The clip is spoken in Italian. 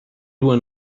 due